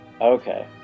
Okay